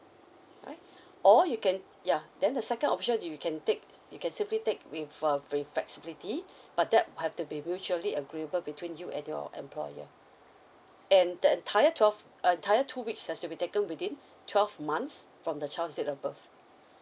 alright or you can ya then the second option you can take you can simply take with uh with flexibility but that have to be mutually agreeable between you and your employer and the entire twelve uh entire two weeks has to be taken within twelve months from the child's date of birth